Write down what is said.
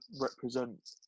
represent